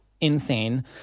insane